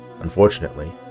Unfortunately